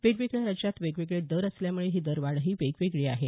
वेगवेगळ्या राज्यात वेगवेगळे दर असल्यामुळे ही दरवाढही वेगवेगळी आहे